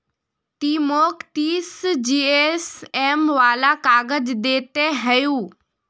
ती मौक तीस जीएसएम वाला काग़ज़ दे ते हैय्